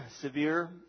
Severe